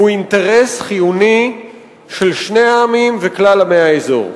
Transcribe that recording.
היא אינטרס חיוני של שני העמים וכלל עמי האזור.